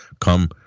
come